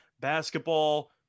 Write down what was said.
basketball